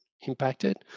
impacted